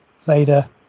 Vader